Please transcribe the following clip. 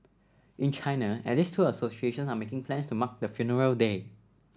in China at least two associations are making plans to mark the funeral day